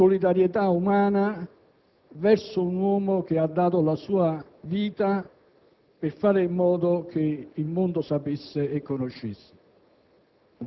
solidarietà umana verso un uomo che ha dato la sua vita per fare in modo che il mondo sapesse e conoscesse.